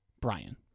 Brian